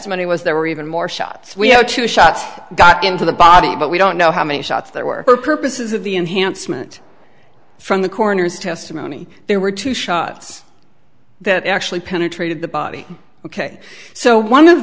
testimony was there were even more shots we know two shots got into the body but we don't know how many shots there were or purposes of the enhancement from the coroner's testimony there were two shots that actually penetrated the body ok so one of